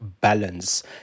balance